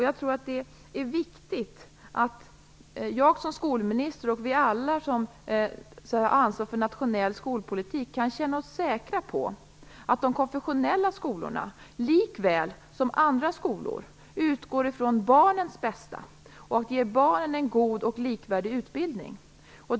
Jag tror att det är viktigt att jag som skolminister och vi alla som har ansvar för nationell skolpolitik kan känna oss säkra på att de konfessionella skolorna, liksom andra skolor, utgår ifrån barnens bästa för att ge barnen en god och likvärdig utbildning.